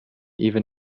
even